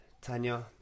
Tanya